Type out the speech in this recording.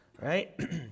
right